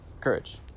courage